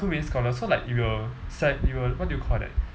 too many scholars so like it will s~ it will what did you call that